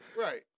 right